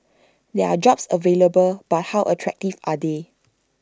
there are jobs available but how attractive are they